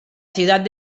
ciudad